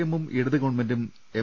എമ്മും ഇടത് ഗവൺമെന്റും എം